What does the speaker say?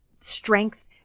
strength